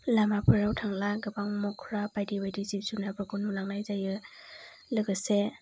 लामाफोराव थांला गोबां मोख्रा जिब जुनारफोर नुलांनाय जायो लोगोसे